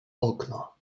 okno